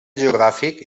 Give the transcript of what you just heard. geogràfic